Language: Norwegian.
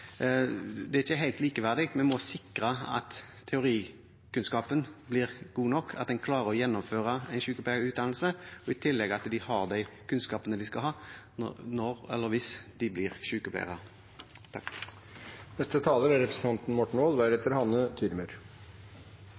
Det er ikke helt likeverdig. Vi må sikre at teorikunnskapen blir god nok, at en klarer å gjennomføre en sykepleierutdannelse, og i tillegg at de har de kunnskapene de skal ha når eller hvis de blir sykepleiere. Jeg har lyst til å starte med å si at jeg er